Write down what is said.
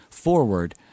forward